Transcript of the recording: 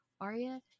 Arya